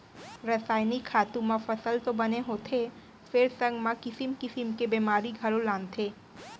रसायनिक खातू म फसल तो बने होथे फेर संग म किसिम किसिम के बेमारी घलौ लानथे